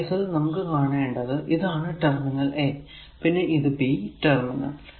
ഈ കേസിൽ നമുക്ക് കാണേണ്ടത് ഇതാണ് ടെർമിനൽ a പിന്നെ ഇത് b ടെർമിനൽ